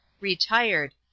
retired